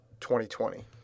2020